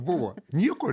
buvo nieko